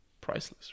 priceless